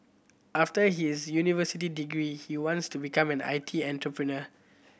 after his university degree he wants to become an I T entrepreneur